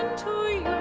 time